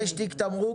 יש תיק תמרוק?